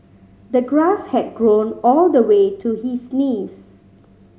the grass had grown all the way to his knees